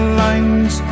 lines